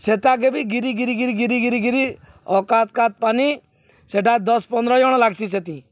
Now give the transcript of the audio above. ସେତାକେ ବି ଗିରି ଗିରି ଗିରି ଗିରି ଗିରି ଗିରି ଅକାତ୍ କାତ୍ ପାନି ସେଟା ଦଶ୍ ପନ୍ଦ୍ର ଜଣ୍ ଲାଗ୍ସି ସେତି